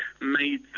made